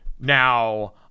Now